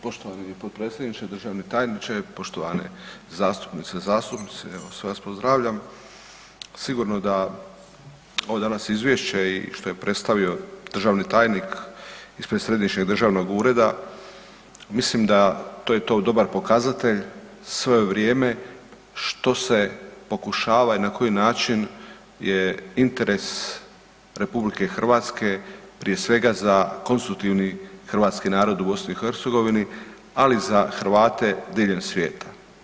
Poštovani potpredsjedniče, državni tajniče, poštovane zastupnice, zastupnici, evo sve vas pozdravljam, sigurno da ovo danas izvješće i što je predstavio državni tajnik ispred središnjeg državnog ureda mislim da to je to dobar pokazatelj sve ovo vrijeme što se pokušava i na koji način je interes RH prije svega za konstitutivni hrvatski narod u BiH, ali i za Hrvate diljem svijeta.